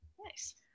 Nice